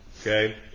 Okay